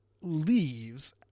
leaves